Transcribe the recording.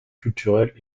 culturelles